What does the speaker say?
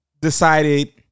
decided